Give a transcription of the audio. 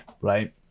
right